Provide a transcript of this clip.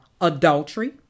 adultery